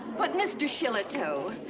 but, mr. shillitoe.